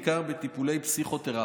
בעיקר בטיפולי פסיכותרפיה.